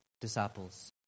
disciples